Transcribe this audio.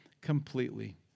completely